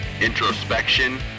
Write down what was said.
introspection